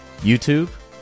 YouTube